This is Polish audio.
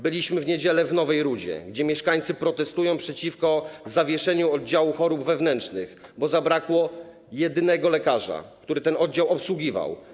Byliśmy w niedzielę w Nowej Rudzie, gdzie mieszkańcy protestują przeciwko zawieszeniu oddziału chorób wewnętrznych, bo zabrakło jedynego lekarza, który ten oddział obsługiwał.